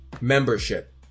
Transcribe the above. membership